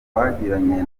twagiranye